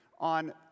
on